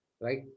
right